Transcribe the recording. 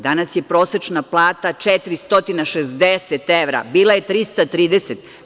Danas je prosečna plata 460 evra, a bila je 330.